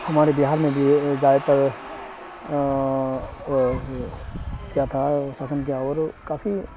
ہمارے بہار میں بھی جائ تر وہ جو کیا تھا ساسن کیا اور کافی